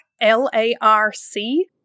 L-A-R-C